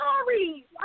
sorry